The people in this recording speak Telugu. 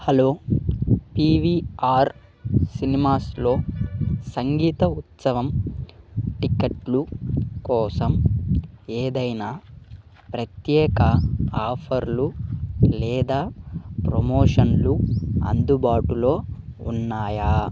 హలో పివిఆర్ సినిమాస్లో సంగీత ఉత్సవం టిక్కెట్లు కోసం ఏదైనా ప్రత్యేక ఆఫర్లు లేదా ప్రమోషన్లు అందుబాటులో ఉన్నాయా